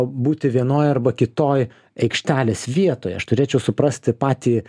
būti vienoj arba kitoj aikštelės vietoj aš turėčiau suprasti patį